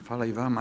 Hvala i vama.